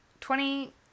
twenty